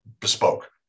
bespoke